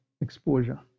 exposure